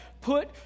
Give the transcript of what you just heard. put